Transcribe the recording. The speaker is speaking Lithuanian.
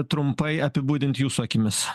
trumpai apibūdint jūsų akimis